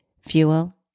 fuel